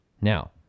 Now